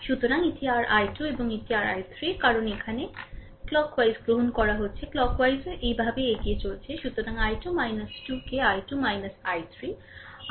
সুতরাং এটি rI2 এবং এটি rI3 কারণ এখানে ক্লক ওয়াইজ গ্রহণ করা হচ্ছে ক্লক ওয়াইজও এইভাবে এগিয়ে চলছে সুতরাং I2 2 কে I2 I3 r5 I2 তে I1 0